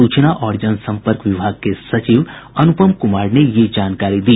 सूचना और जन सम्पर्क विभाग के सचिव अनुपम कुमार ने यह जानकारी दी